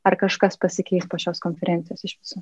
ar kažkas pasikeis po šios konferencijos iš viso